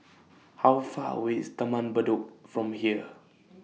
How Far away IS Taman Bedok from here